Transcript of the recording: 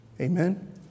Amen